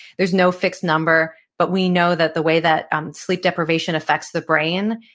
there's no fixed number, but we know that the way that sleep deprivation affects the brain,